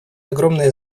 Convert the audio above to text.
огромное